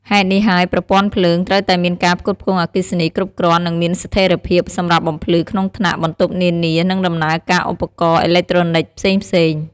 ហេតុនេះហើយប្រព័ន្ធភ្លើង ត្រូវតែមានការផ្គត់ផ្គង់អគ្គិសនីគ្រប់គ្រាន់ និងមានស្ថេរភាពសម្រាប់បំភ្លឺក្នុងថ្នាក់ បន្ទប់នានា និងដំណើរការឧបករណ៍អេឡិចត្រូនិកផ្សេងៗ។